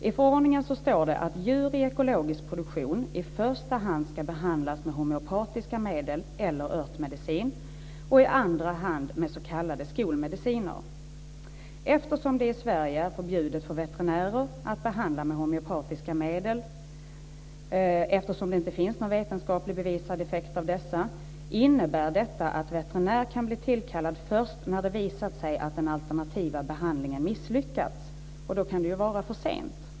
I förordningen står det att djur i ekologisk produktion i första hand ska behandlas med homeopatiska medel eller örtmedicin och i andra hand med s.k. skolmediciner. Eftersom det i Sverige är förbjudet för veterinärer att behandla med homeopatiska medel, eftersom det inte finns någon vetenskapligt bevisad effekt av dessa, innebär detta att veterinär kan bli tillkallad först när det visat sig att den alternativa behandlingen misslyckats, och då kan det ju vara för sent.